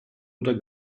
oder